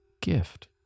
gift